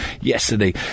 yesterday